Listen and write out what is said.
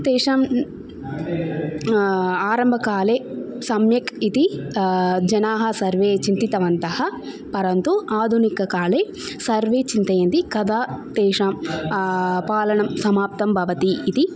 तेषाम् आरम्भकाले सम्यक् इति जनाः सर्वे चिन्तितवन्तः परन्तु आधुनिककाले सर्वे चिन्तयन्ति कदा तेषां पालनं समाप्तं भवति इति